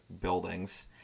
buildings